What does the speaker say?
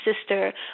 sister